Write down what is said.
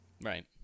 Right